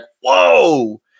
Whoa